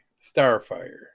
Starfire